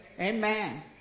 Amen